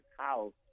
house